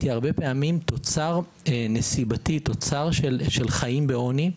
היא לפעמים תוצר נסיבתי של חיים בעוני.